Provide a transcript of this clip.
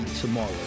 tomorrow